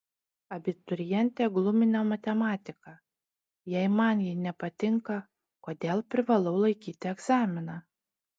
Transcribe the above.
abiturientę glumina matematika jei man ji nepatinka kodėl privalau laikyti egzaminą